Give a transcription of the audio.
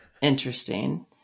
interesting